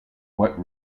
what